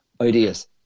ideas